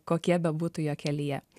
kokie bebūtų jo kelyje